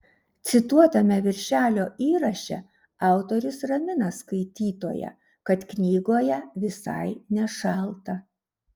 cituotame viršelio įraše autorius ramina skaitytoją kad knygoje visai nešalta